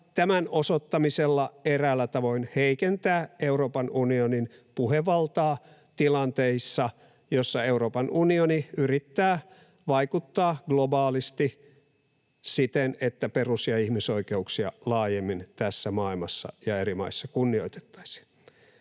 tämän osoittamisella eräällä tavoin heikentää Euroopan unionin puhevaltaa tilanteissa, joissa Euroopan unioni yrittää vaikuttaa globaalisti siten, että perus- ja ihmisoikeuksia laajemmin tässä maailmassa ja eri maissa kunnioitettaisiin.